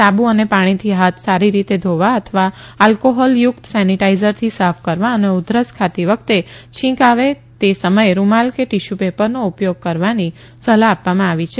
સાબુ અને પાણીથી હાથ સારી રીતે ધોવા અથવા અલ્કોહોલયુક્ત સેનિટાઈઝરથી સાફ કરવા તથા ઉધરસ ખાતી વખતે કે છીંક આવે તે સમયે રૂમાલ કે ટિશ્યૂ પેપરનો ઉપયોગ કરવાની સલાહ આપવામાં આવી છે